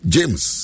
James